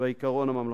והעיקרון הממלכתי.